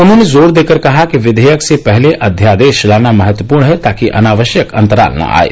उन्होंने जोर देकर कहा कि विधेयक से पहले अध्यादेश लाना महत्वपूर्ण है ताकि अनावश्यक अंतराल न आये